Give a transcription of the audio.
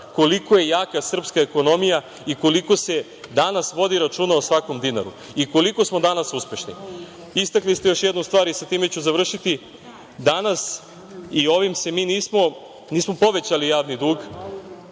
koliko je jaka srpska ekonomija i koliko se danas vodi računa o svakom dinaru i koliko smo danas uspešni. Istakli ste još jednu stvar i sa time ću završiti, danas i ovim nismo povećali javni dug,